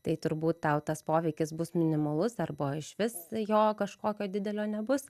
tai turbūt tau tas poveikis bus minimalus arba išvis jo kažkokio didelio nebus